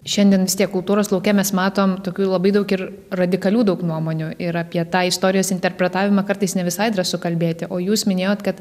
šiandien vistiek kultūros lauke mes matom tokių labai daug ir radikalių daug nuomonių ir apie tą istorijos interpretavimą kartais ne visai drąsu kalbėti o jūs minėjot kad